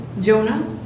Jonah